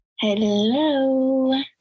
Hello